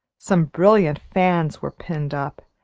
some brilliant fans were pinned up,